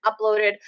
uploaded